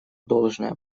должное